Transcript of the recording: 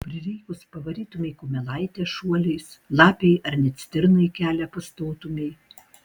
prireikus pavarytumei kumelaitę šuoliais lapei ar net stirnai kelią pastotumei